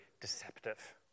deceptive